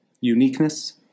uniqueness